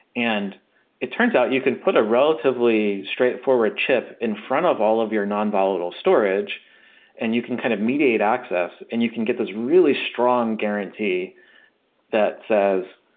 and it turns out you can put a relatively straightforward ship in front of all of your nonvolatile storage and you can kind of mediate access and you can get this really strong guarantee that says,